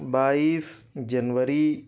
بائیس جنوری